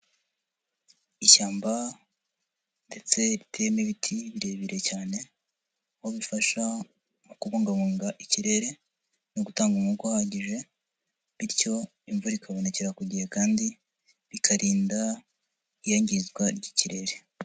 Ishyamba ndetse riteyemo ibiti birebire cyane, aho bifasha mu kubungabunga ikirere no gutanga umwuka uhagije bityo imvura ikabonekera ku gihe kandi bikarinda iyangizwa ry'ikirere.